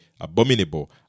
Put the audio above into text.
abominable